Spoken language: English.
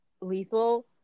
lethal